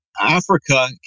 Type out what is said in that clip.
Africa